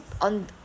on